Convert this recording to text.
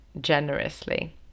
generously